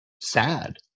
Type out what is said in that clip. sad